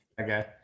Okay